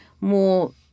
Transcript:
more